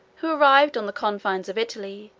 who arrived on the confines of italy,